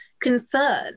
concern